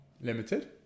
Limited